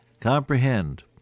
Comprehend